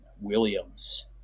Williams